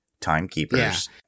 timekeepers